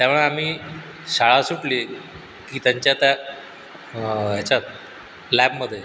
त्या वेळी आम्ही शाळा सुटली की त्यांच्या त्या ह्याच्यात लॅबमध्ये